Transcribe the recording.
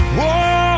Whoa